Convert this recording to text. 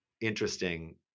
interesting